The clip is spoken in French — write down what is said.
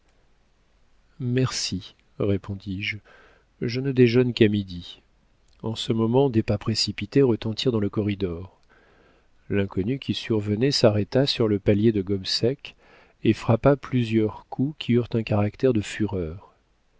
merci répondis-je je ne déjeune qu'à midi en ce moment des pas précipités retentirent dans le corridor l'inconnu qui survenait s'arrêta sur le palier de gobseck et frappa plusieurs coups qui eurent un caractère de fureur